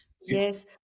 Yes